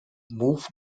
moved